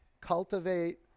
cultivate